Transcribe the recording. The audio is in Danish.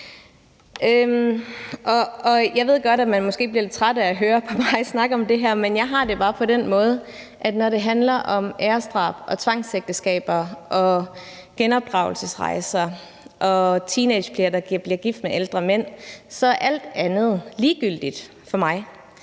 Jeg ved godt, at man måske bliver lidt træt af at høre på mig snakke om det her, men jeg har det bare på den måde, at når det handler om æresdrab og tvangsægteskaber og genopdragelsesrejser og teenagepiger, der bliver gift med ældre mænd, så er alt andet ligegyldigt for mig,